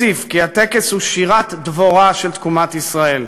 והוסיף כי הטקס הוא "שירת דבורה" של תקומת ישראל.